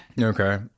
Okay